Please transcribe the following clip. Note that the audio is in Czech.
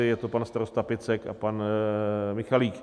Je to pan starosta Picek a pan Michalík.